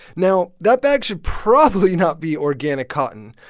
now, that bag should probably not be organic cotton.